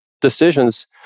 decisions